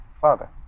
father